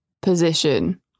position